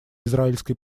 израильской